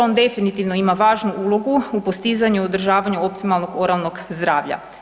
On definitivno ima važnu ulogu u postizanju i održavanju optimalnog oralnog zdravlja.